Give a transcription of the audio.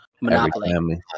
Monopoly